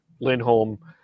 Lindholm